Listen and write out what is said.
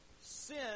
Sin